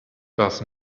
das